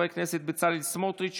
חברי הכנסת בצלאל סמוטריץ',